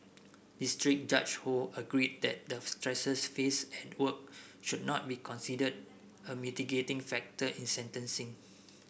district Judge Ho agreed that the stresses faced at work should not be considered a mitigating factor in sentencing